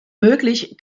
möglich